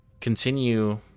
continue